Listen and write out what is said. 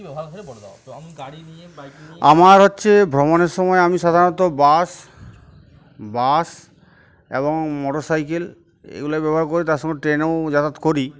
আমার হচ্ছে ভ্রমণের সময় আমি সাধারণত বাস বাস এবং মোটরসাইকেল এগুলো ব্যবহার করি তার সঙ্গে ট্রেনেও যাতায়াত করি